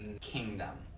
kingdom